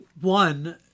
One